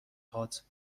هات